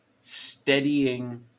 steadying